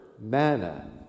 manna